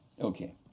Okay